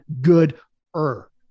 good-er